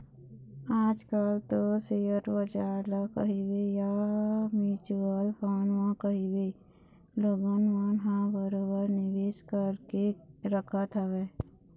आज कल तो सेयर बजार ल कहिबे या म्युचुअल फंड म कहिबे लोगन मन ह बरोबर निवेश करके रखत हवय